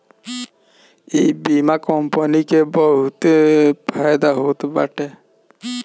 इ बीमा कंपनी के बहुते फायदा होत बाटे